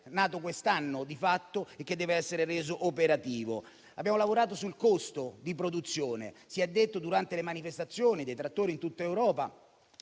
nato quest'anno di fatto e che deve essere reso operativo. Abbiamo lavorato sul costo di produzione; si è detto durante le manifestazioni dei trattori in tutta Europa